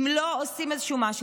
אם לא עושים איזשהו משהו?